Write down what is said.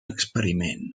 experiment